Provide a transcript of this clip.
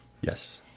Yes